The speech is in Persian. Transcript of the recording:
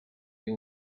کرده